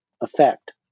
effect